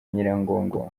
nyiragongo